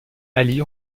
ali